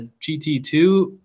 GT2